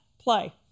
play